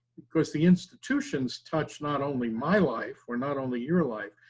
because the institutions touch not only my life, or not only your life,